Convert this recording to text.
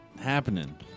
happening